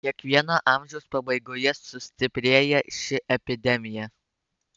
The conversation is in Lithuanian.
kiekvieno amžiaus pabaigoje sustiprėja ši epidemija